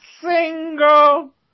single